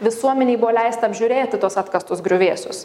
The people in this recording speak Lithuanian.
visuomenei buvo leista apžiūrėti tuos atkastus griuvėsius